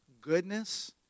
goodness